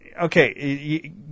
Okay